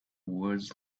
words